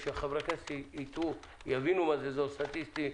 שחברי הכנסת יבינו מה זה אזור סטטיסטי,